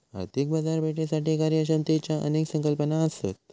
आर्थिक बाजारपेठेसाठी कार्यक्षमतेच्यो अनेक संकल्पना असत